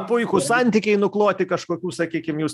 puikūs santykiai nukloti kažkokių sakykim jūs